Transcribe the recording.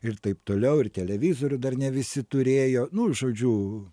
ir taip toliau ir televizorių dar ne visi turėjo nu žodžiu